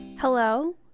Hello